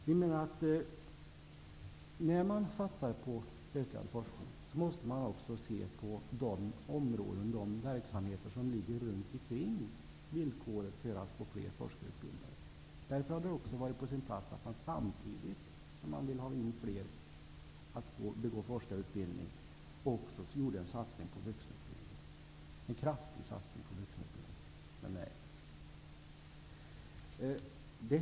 Vi menar att när man satsar på ökad forskning måste man också se på de områden och de verksamheter som ligger runt omkring. Det är villkoret för att få fler forskarutbildade. Därför hade det också varit på sin plats att man samtidigt som man vill ha in fler i forskarutbildning också gjorde en kraftig satsning på vuxenutbildning.